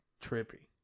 trippy